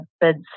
bids